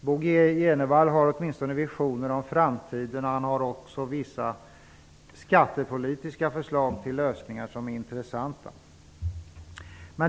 Bo G Jenevall har åtminstone visioner om framtiden, och han har också vissa skattepolitiska förslag till lösningar som är intressanta.